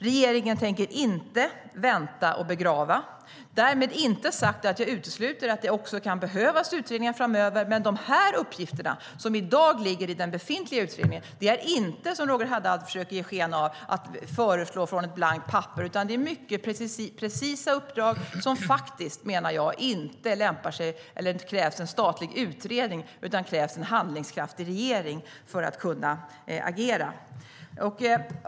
Regeringen tänker inte vänta och begrava - därmed inte sagt att jag utesluter att det kan behövas utredningar framöver. Men de uppgifter som i dag ligger i den befintliga utredningen är inte, som Roger Haddad försöker ge sken av, att föreslå från ett blankt papper. Det är mycket precisa uppdrag som det faktiskt, menar jag, inte krävs en statlig utredning för. Det krävs en handlingskraftig regering för att kunna agera.